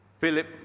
Philip